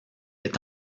est